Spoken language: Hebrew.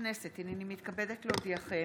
הינני מתכבדת להודיעכם,